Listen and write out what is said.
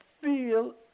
feel